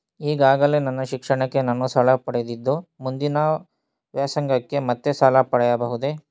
ಈಗಾಗಲೇ ನನ್ನ ಶಿಕ್ಷಣಕ್ಕೆ ನಾನು ಸಾಲ ಪಡೆದಿದ್ದು ಮುಂದಿನ ವ್ಯಾಸಂಗಕ್ಕೆ ಮತ್ತೆ ಸಾಲ ಪಡೆಯಬಹುದೇ?